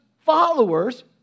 followers